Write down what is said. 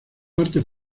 parte